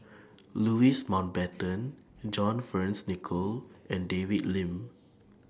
Louis Mountbatten John Fearns Nicoll and David Lim